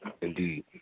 Indeed